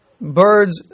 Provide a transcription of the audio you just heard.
birds